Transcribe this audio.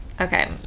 Okay